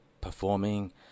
performing